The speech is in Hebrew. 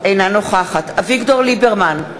אינה נוכחת אביגדור ליברמן,